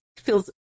feels